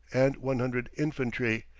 and one hundred infantry,